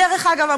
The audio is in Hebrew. דרך אגב,